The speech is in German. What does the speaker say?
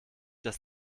das